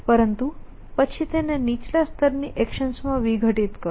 પરંતુ પછી તેને નીચલા સ્તરની એક્શન્સમાં વિઘટિત કરો